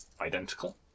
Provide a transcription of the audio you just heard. identical